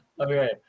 Okay